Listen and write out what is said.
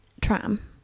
tram